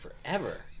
forever